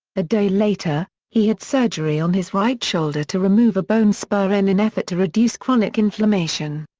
a day later, he had surgery on his right shoulder to remove a bone spur in an effort to reduce chronic inflammation.